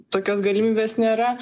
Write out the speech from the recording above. tokios galimybės nėra